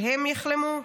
שהן יחלמו?